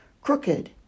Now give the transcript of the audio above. crooked